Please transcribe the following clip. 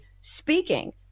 speaking